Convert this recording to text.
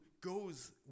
goes